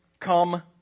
come